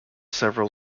several